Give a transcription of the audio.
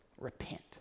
Repent